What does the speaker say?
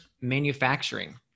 Manufacturing